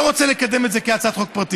אני לא רוצה לקדם את זה כהצעת חוק פרטית,